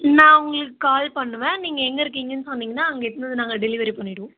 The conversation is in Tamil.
நான் உங்களுக்கு கால் பண்ணுவேன் நீங்கள் எங்கே இருக்கீங்கன்னு சொன்னிங்கன்னால் அங்கே எடுத்துகிட்டு வந்து நாங்கள் டெலிவரி பண்ணிவிடுவோம்